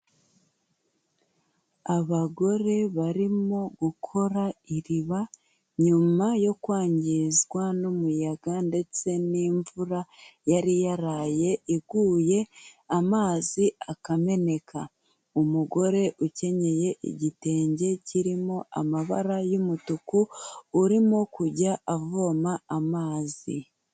Abagore barimo gukora iriba nyuma yo kwangizwa n'umuyaga ndetse n'imvura yari yaraye iguye amazi akameneka. Umugore ukenyeye igitenge kirimo amabara' yumutuku urimo kujya avoma amazi.